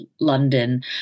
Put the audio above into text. London